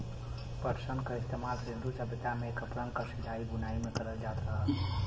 पटसन क इस्तेमाल सिन्धु सभ्यता में कपड़न क सिलाई बुनाई में करल जात रहल